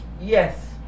Yes